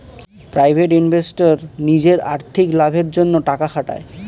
private investor নিজের আর্থিক লাভের জন্যে টাকা খাটায়